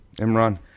Imran